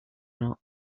not